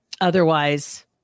otherwise